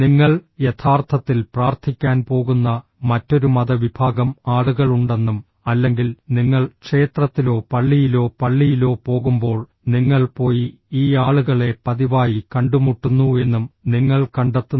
നിങ്ങൾ യഥാർത്ഥത്തിൽ പ്രാർത്ഥിക്കാൻ പോകുന്ന മറ്റൊരു മതവിഭാഗം ആളുകളുണ്ടെന്നും അല്ലെങ്കിൽ നിങ്ങൾ ക്ഷേത്രത്തിലോ പള്ളിയിലോ പള്ളിയിലോ പോകുമ്പോൾ നിങ്ങൾ പോയി ഈ ആളുകളെ പതിവായി കണ്ടുമുട്ടുന്നുവെന്നും നിങ്ങൾ കണ്ടെത്തുന്നു